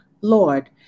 Lord